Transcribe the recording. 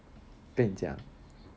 跟你讲